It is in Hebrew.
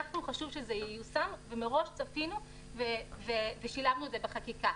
חשוב לנו שזה ייושם ומראש צפינו ושילבנו את זה בחקיקה.